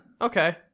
okay